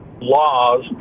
laws